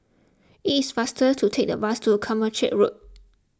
it is faster to take the bus to Carmichael Road